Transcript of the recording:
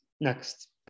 next